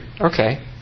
Okay